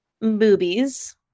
boobies